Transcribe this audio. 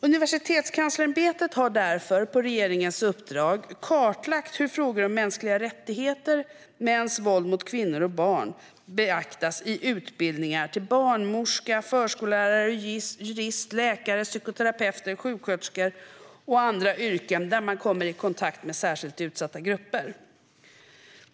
Universitetskanslersämbetet har därför på regeringens uppdrag kartlagt hur frågor om mänskliga rättigheter och mäns våld mot kvinnor och barn beaktas i utbildningar till barnmorska, förskollärare, jurist, läkare, psykoterapeut, sjuksköterska och andra yrken där man kommer i kontakt med särskilt utsatta grupper.